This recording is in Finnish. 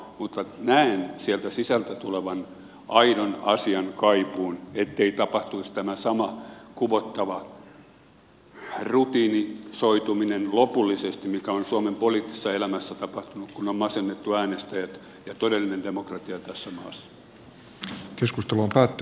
mutta näen sieltä sisältä tulevan aidon asian kaipuun ettei tapahtuisi tämä sama kuvottava rutinisoituminen lopullisesti mikä on suomen poliittisessa elämässä tapahtunut kun on masennettu äänestäjät ja todellinen demokratia tässä maassa